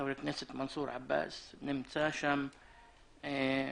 חבר הכנסת מנסור עבאס נמצא שם הרבה,